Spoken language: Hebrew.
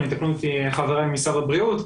יתקנו אותי חבריי ממשרד הבריאות,